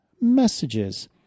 messages